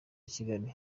kigali